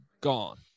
gone